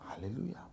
Hallelujah